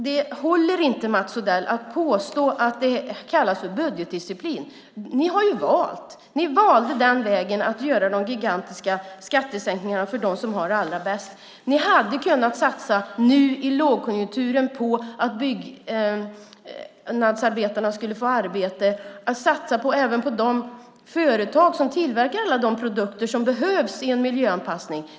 Det håller inte, Mats Odell, att påstå att det kallas för budgetdisciplin. Den väg ni valde var att göra gigantiska skattesänkningar för dem som har det allra bäst. Nu i lågkonjunkturen hade ni kunnat satsa på att byggnadsarbetarna skulle få arbete. Ni hade också kunnat satsa på de företag som tillverkar alla de produkter som behövs vid miljöanpassning.